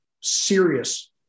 serious